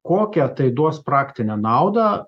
kokią tai duos praktinę naudą